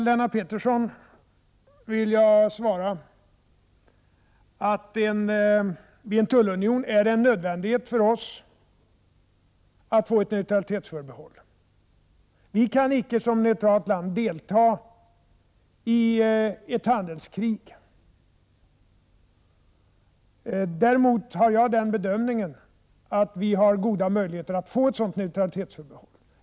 Lennart Pettersson vill jag svara att det vid en tullunion är en nödvändighet för oss att få ett neutralitetsförbehåll. Vi kan som neutralt land icke delta i ett handelskrig. Däremot gör jag den bedömningen att vi har goda möjligheter att få ett neutralitetsförbehåll.